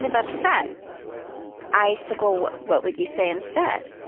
um upset icicle what what would you say instead?